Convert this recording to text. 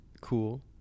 cool